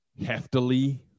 heftily